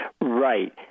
Right